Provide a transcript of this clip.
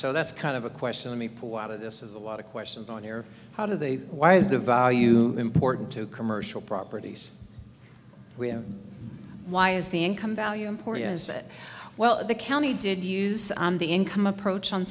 so that's kind of a question we pull out of this is a lot of questions on here how do they why is the value important to commercial properties we have why is the income value important is that well the county did use on the income approach on